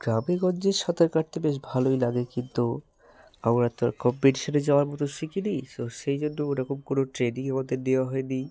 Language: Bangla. গ্রামে গঞ্জে সাঁতার কাটতে বেশ ভালোই লাগে কিন্তু আমরা তো আর কম্পিটিশানে যাওয়ার মতো শিখিনি সো সেই জন্য ওরকম কোনো ট্রেনিং আমাদের নেওয়া হয় নি